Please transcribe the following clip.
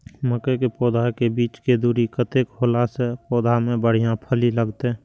मके के पौधा के बीच के दूरी कतेक होला से पौधा में बढ़िया फली लगते?